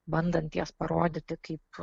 bandant jas parodyti kaip